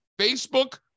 Facebook